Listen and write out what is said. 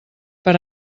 per